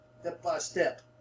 Step-by-step